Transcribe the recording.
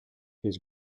his